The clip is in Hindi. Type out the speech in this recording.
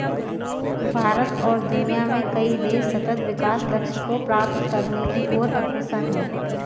भारत और दुनिया में कई देश सतत् विकास लक्ष्य को प्राप्त करने की ओर अग्रसर है